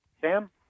Sam